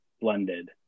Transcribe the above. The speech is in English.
blended